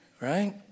Right